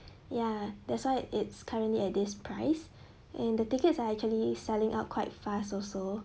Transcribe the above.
ya that's why it's currently at this price and the tickets are actually selling out quite fast also